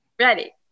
Ready